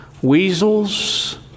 Weasels